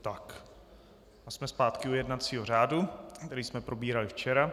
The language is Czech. A jsme zpátky u jednacího řádu, který jsme probírali včera.